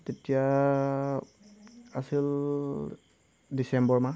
তেতিয়া আছিল ডিচেম্বৰ মাহ